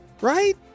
Right